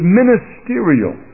ministerial